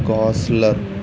Gosler